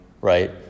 Right